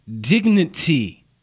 dignity